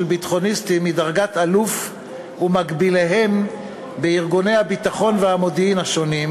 ביטחוניסטים מדרגת אלוף ומקביליהם בארגוני הביטחון והמודיעין השונים,